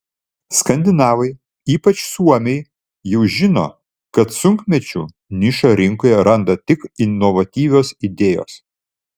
skandinavai ypač suomiai jau žino kad sunkmečiu nišą rinkoje randa tik inovatyvios idėjos